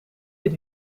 dit